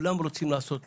כולם רוצים לעשות טוב.